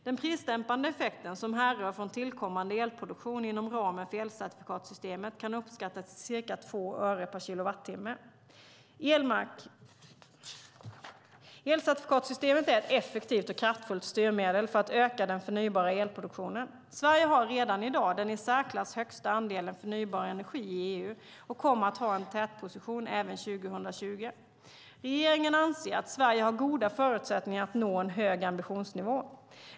Den prisdämpande effekten som härrör från tillkommande elproduktion inom ramen för elcertifikatssystemet kan uppskattas till ca 2 öre per kilowattimme. Elcertifikatssystemet är ett effektivt och kraftfullt styrmedel för att öka den förnybara elproduktionen. Sverige har redan i dag den i särklass högsta andelen förnybar energi i EU och kommer att ha en tätposition även 2020. Regeringen anser att Sverige har goda förutsättningar att nå en hög ambitionsnivå.